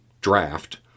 draft